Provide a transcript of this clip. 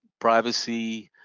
privacy